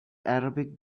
arabic